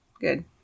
Good